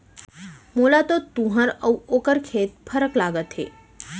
मोला तो तुंहर अउ ओकर खेत फरक लागत हे